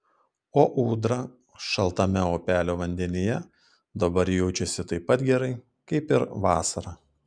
o ūdra šaltame upelio vandenyje dabar jaučiasi taip pat gerai kaip ir vasarą